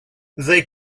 they